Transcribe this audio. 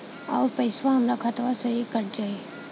अउर पइसवा हमरा खतवे से ही कट जाई?